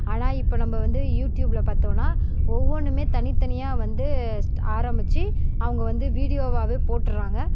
ஆனால் இப்போ நம்ம வந்துயூடியூபில் பார்த்தோன்னா ஒவ்வொன்றுமே தனித்தனியாக வந்து ஸ்ட ஆரம்பிச்சி அவங்க வந்து வீடியோவாகவே போட்டுடறாங்க